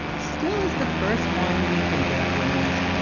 still is the first wine we think of when asked,